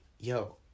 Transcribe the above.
yo